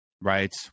right